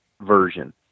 version